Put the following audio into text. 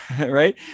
right